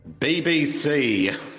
BBC